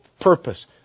purpose